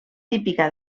típica